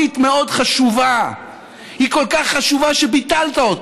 יש עוד 23 שעות רק ביממה הזאת.